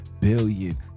billion